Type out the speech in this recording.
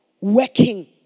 working